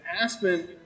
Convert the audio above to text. aspen